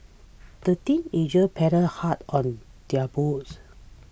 the teenagers paddled hard on their boats